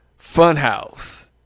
Funhouse